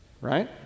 Right